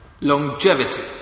Longevity